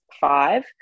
five